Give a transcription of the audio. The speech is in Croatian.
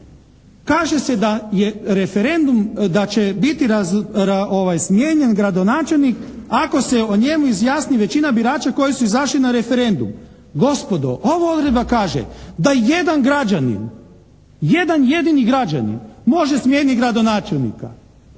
da će biti smijenjen gradonačelnik ako se o njemu izjasni većina birača koji su izašli na referendum. Gospodo, ova odredba kaže da jedan građanin, jedan jedini građanin može smijeniti gradonačelnika.